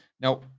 Now